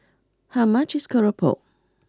how much is keropok